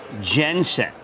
Jensen